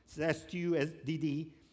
S-T-U-S-D-D